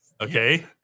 okay